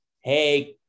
Hey